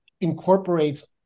incorporates